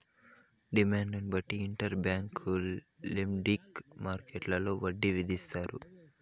డిమాండ్ను బట్టి inter bank lending మార్కెట్టులో వడ్డీ విధిస్తారు